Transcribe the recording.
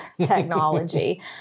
technology